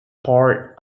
part